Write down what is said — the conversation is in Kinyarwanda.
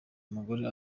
umugore